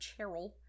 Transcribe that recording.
Cheryl